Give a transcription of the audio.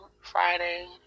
Friday